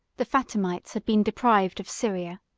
the fatimites had been deprived of syria.